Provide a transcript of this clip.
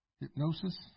Hypnosis